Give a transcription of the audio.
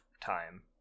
time